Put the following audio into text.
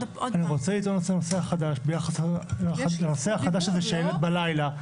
אני רוצה לטעון נושא חדש ביחס לנושא החדש שהעלית בלילה,